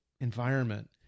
environment